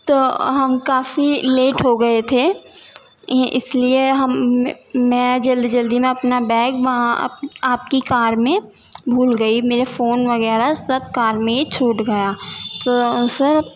تو ہم کافی لیٹ ہو گئے تھے اس لیے ہم میں جلدی جلدی میں اپنا بیگ وہاں آپ کی کار میں بھول گئی میرے فون وغیرہ سب کار میں چھوٹ گیا تو سر